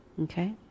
Okay